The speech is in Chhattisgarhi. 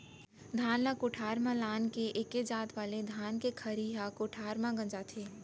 धान ल कोठार म लान के एके जात वाले धान के खरही ह कोठार म गंजाथे